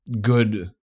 good